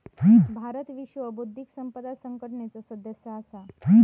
भारत विश्व बौध्दिक संपदा संघटनेचो सदस्य असा